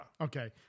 Okay